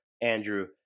Andrew